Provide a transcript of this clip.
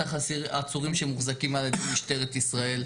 בטח עצורים שמוחזקים על ידי משטרת ישראל.